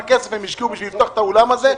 כסף הם השקיעו כדי לפתוח את האולם הזה.